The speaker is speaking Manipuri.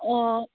ꯑꯣ